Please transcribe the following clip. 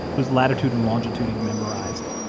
whose latitude and longitude he memorized,